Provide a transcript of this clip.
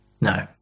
no